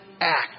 act